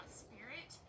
spirit